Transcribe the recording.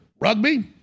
rugby